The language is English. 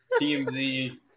TMZ